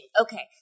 Okay